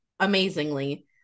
amazingly